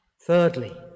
Thirdly